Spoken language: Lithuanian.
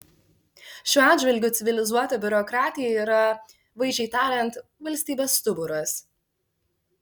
šiuo atžvilgiu civilizuota biurokratija yra vaizdžiai tariant valstybės stuburas